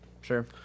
sure